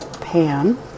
pan